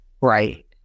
Right